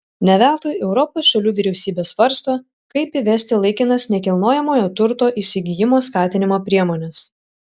ne veltui europos šalių vyriausybės svarsto kaip įvesti laikinas nekilnojamojo turto įsigijimo skatinimo priemones